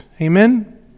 Amen